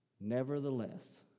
Nevertheless